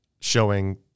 showing